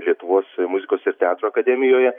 lietuvos muzikos ir teatro akademijoje